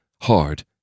hard